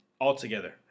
altogether